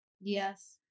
yes